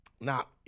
Now